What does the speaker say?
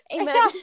amen